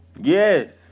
Yes